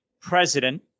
president